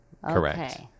Correct